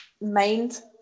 mind